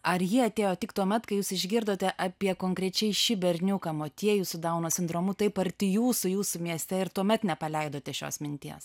ar ji atėjo tik tuomet kai jūs išgirdote apie konkrečiai šį berniuką motiejų su dauno sindromu taip arti jūsų jūsų mieste ir tuomet nepaleidote šios minties